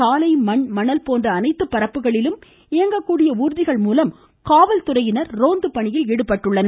சாலை மண் மணல் போன்ற அனைத்து பரப்புகளிலும் இயங்கக்கூடிய ஊர்திகள் மூலம் காவல்துறையினர் ரோந்து பணியில் ஈடுபட்டுள்ளனர்